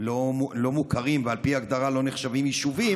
לא מוכרים ועל פי הגדרה לא נחשבים יישובים,